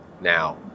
now